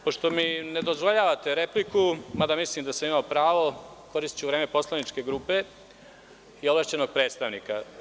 Pošto mi ne dozvoljavate repliku, mada mislim da sam imao pravo, koristiću vreme poslaničke grupe i ovlašćenog predstavnika.